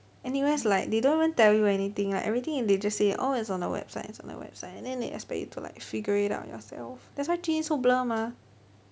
N_U_S like they don't even tell you anything like everything they just say orh it's on the website it's on the website and then they expect you to like figure it out yourself that's why gene so blur mah